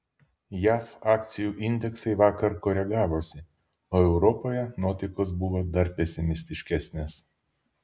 jav akcijų indeksai vakar koregavosi o europoje nuotaikos buvo dar pesimistiškesnės